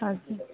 हजुर